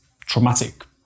traumatic